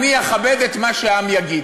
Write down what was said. אני אכבד את מה שהעם יגיד.